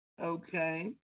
Okay